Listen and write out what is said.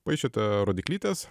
paišėte rodyklytes